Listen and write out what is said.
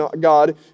God